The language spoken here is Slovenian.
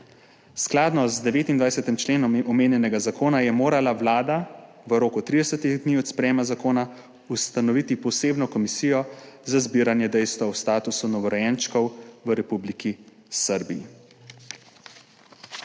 Skladno z 29. členom omenjenega zakona je morala vlada v roku 30 dni od sprejetja zakona ustanoviti posebno komisijo za zbiranje dejstev o statusu novorojenčkov v Republiki Srbiji.